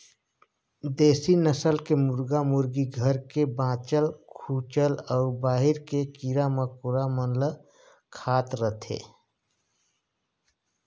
देसी नसल के मुरगा मुरगी घर के बाँचल खूंचल अउ बाहिर के कीरा मकोड़ा मन ल खात रथे